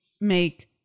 make